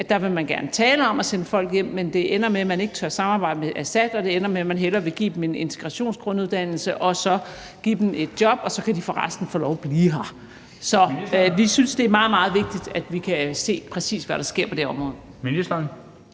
– der vil man gerne tale om at sende folk hjem, men det ender med, at man ikke tør samarbejde med Assad, og det ender med, at man hellere vil give dem en integrationsgrunduddannelse og så give dem et job, og så kan de forresten få lov at blive her. Så vi synes, det er meget, meget vigtigt, at vi kan se, præcis hvad der sker på det her område.